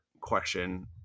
question